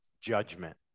judgment